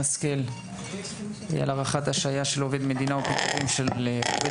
השכל על הארכת השעיה של עובד מדינה ופיטורין של עובד